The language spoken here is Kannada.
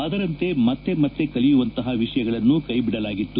ಅದರಂತೆ ಮತ್ತೆ ಮತ್ತೆ ಕಲಿಯುವಂತಹ ವಿಷಯಗಳನ್ನು ಕೈ ಬಡಲಾಗಿತ್ತು